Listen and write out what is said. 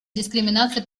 дискриминации